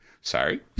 Sorry